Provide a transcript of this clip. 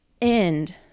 end